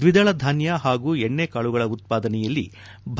ದ್ವಿದಳಧಾನ್ಯ ಹಾಗೂ ಎಣ್ಣೆ ಕಾಳುಗಳ ಉತ್ಪಾದನೆಯಲ್ಲಿ